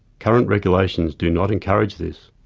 current regulations do not encourage this.